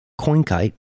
CoinKite